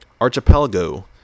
Archipelago